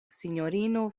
sinjorino